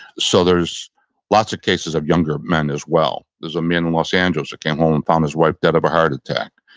so there's lots of cases of younger men as well. there's a man in los angeles who came home and found his wife dead of a heart attack.